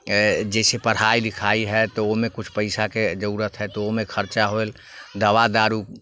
जइसे पढ़ाइ लिखाइ हइ तऽ ओहिमे किछु पइसाके जरूरत हइ तऽ ओहिमे खर्चा होइल दवा दारू